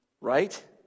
Right